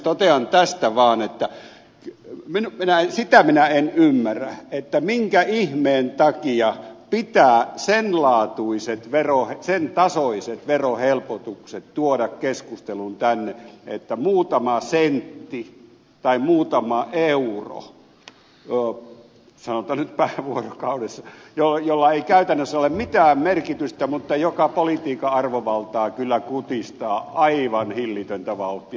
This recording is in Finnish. totean tästä vaan että sitä minä en ymmärrä minkä ihmeen takia pitää sen laatuiset sen tasoiset verohelpotukset tuoda keskusteluun tänne että muutama sentti tai muutama euro sanotaan nyt vuorokaudessa millä ei käytännössä ole mitään merkitystä mutta mikä politiikan arvovaltaa kyllä kutistaa aivan hillitöntä vauhtia